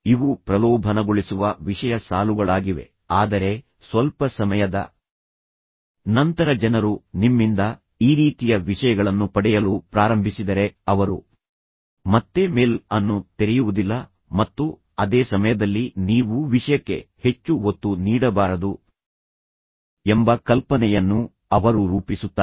ಇವು ಪ್ರಲೋಭನಗೊಳಿಸುವ ವಿಷಯ ಸಾಲುಗಳಾಗಿವೆ ಆದರೆ ಸ್ವಲ್ಪ ಸಮಯದ ನಂತರ ಜನರು ನಿಮ್ಮಿಂದ ಈ ರೀತಿಯ ವಿಷಯಗಳನ್ನು ಪಡೆಯಲು ಪ್ರಾರಂಭಿಸಿದರೆ ಅವರು ಮತ್ತೆ ಮೇಲ್ ಅನ್ನು ತೆರೆಯುವುದಿಲ್ಲ ಮತ್ತು ಅದೇ ಸಮಯದಲ್ಲಿ ನೀವು ವಿಷಯಕ್ಕೆ ಹೆಚ್ಚು ಒತ್ತು ನೀಡಬಾರದು ಎಂಬ ಕಲ್ಪನೆಯನ್ನು ಅವರು ರೂಪಿಸುತ್ತಾರೆ